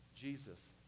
Jesus